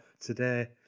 today